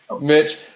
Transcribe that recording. Mitch